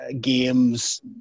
games